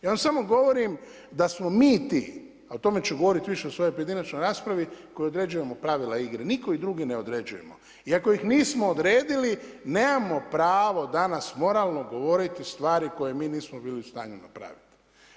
Ja vam samo govorim da smo mi ti, o tome ću govoriti više u svojoj pojedinačnoj raspravi, koji određujemo pravila igre, nitko ih drugi ne određuje i ako ih nismo odredili, nemamo pravo danas moralno govoriti stvari koje mi nismo bili u stanju napraviti.